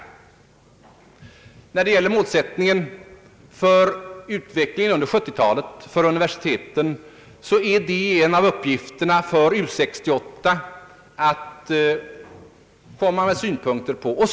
En av uppgifterna för U 68 är att komma med synpunkter på målsättningen för universitetens utveckling under 1970-talet.